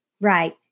Right